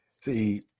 See